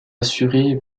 assuré